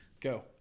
Go